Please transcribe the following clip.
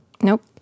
Nope